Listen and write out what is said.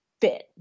fit